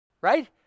right